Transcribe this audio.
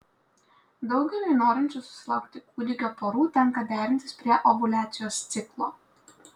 daugeliui norinčių susilaukti kūdikio porų tenka derintis prie ovuliacijos ciklo